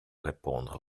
répondre